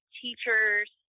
teachers